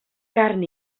carn